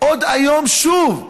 עוד היום שוב,